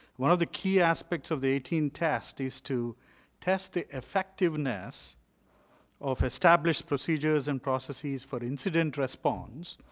one of the key aspects of the eighteen test is to test the effectiveness of established procedures and processes for incidence responses.